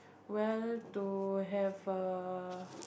well to have a